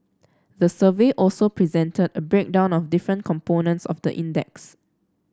the survey also presented a breakdown of different components of the index